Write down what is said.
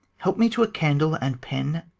help me to a candle, and pen,